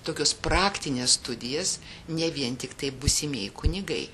tokias praktines studijas ne vien tiktai būsimieji kunigai